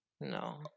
No